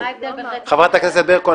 מה ההבדל --- חברת הכנסת ברקו,